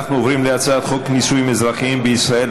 אנחנו עוברים להצעת חוק נישואין אזרחיים בישראל,